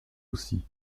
aussi